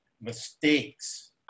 mistakes